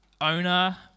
Owner